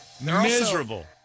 Miserable